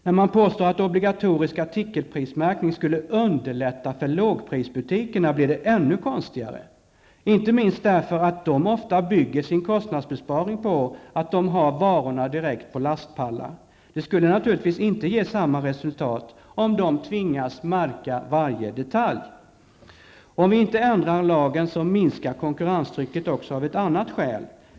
När man påstår att obligatorisk artikelprismärkning skulle underlätta för lågprisbutikerna blir det ännu konstigare. Inte minst därför att de ofta bygger sin kostnadsbesparing på att de har varorna direkt på lastpallar. Det skulle naturligtvis inte ge samma resultat om de tvingas märka varje vara. Om vi inte ändrar lagen minskar konkurrenstrycket även av ett annat skäl.